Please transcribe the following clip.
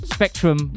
Spectrum